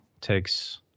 takes